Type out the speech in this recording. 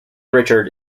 richard